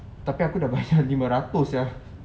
tapi aku dah bayar lima ratus sia